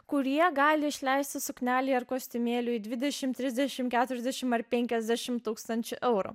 kurie gali išleisti suknelei ar kostiumėliui dvidešim trisdešim keturiasdešim ar penkiasdešim tūkstančių eurų